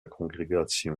congrégation